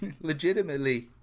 legitimately